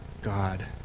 God